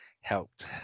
helped